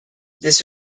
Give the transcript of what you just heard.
this